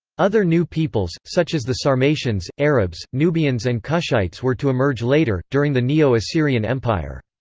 other new peoples, such as the sarmatians, arabs, nubians and kushites were to emerge later, during the neo-assyrian empire.